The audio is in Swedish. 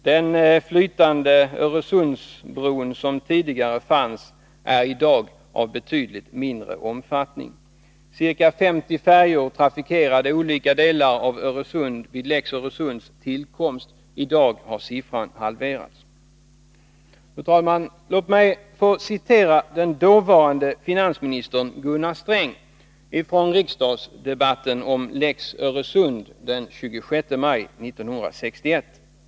Den flytande Öresundsbro som tidigare fanns är i dag av betydligt mindre omfattning. Ca 50 färjor trafikerade olika delar av Öresund vid lex Öresunds tillkomst; i dag har siffran halverats. Låt mig få citera dåvarande finansminister Gunnar Sträng från riksdagsdebatten om lex Öresund den 26 maj 1961.